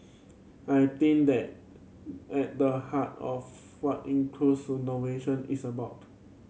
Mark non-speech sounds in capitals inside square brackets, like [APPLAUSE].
I think that at the heart of what [UNINTELLIGIBLE] innovation is about